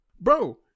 bro